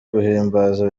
guhimbaza